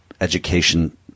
education